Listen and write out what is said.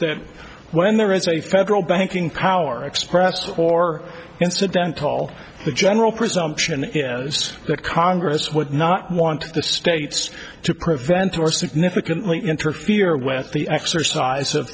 that when there is a federal banking power expressed or incidental the general presumption is that congress would not want the states to prevent or significantly interfere with the exercise of